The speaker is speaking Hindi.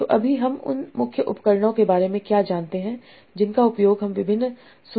तो अभी हम उन मुख्य उपकरणों के बारे में क्या जानते हैं जिनका उपयोग हम विभिन्न सूचनाओं की खोज में करते हैं